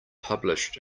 published